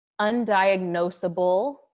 undiagnosable